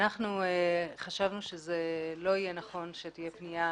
אנחנו חשבנו שזה לא יהיה נכון שתהיה פנייה